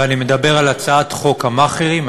ואני מדבר על הצעת חוק המאכערים.